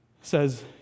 says